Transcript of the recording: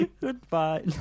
Goodbye